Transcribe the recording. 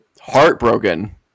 Heartbroken